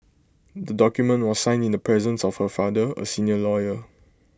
the document was signed in the presence of her father A senior lawyer